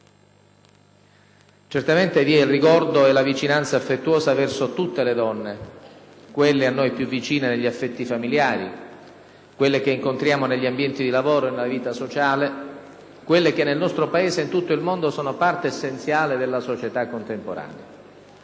Certamente, c'è il ricordo e c'è la vicinanza affettuosa verso tutte le donne, quelle a noi più vicine negli affetti familiari, quelle che incontriamo negli ambienti di lavoro e nella vita sociale, quelle che nel nostro Paese e in tutto il mondo sono parte essenziale della società contemporanea.